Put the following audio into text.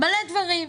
מלא דברים.